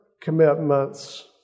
commitments